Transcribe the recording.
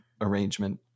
arrangement